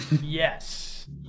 Yes